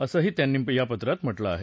असंही त्यांनी या पत्रात म्हटलं आहे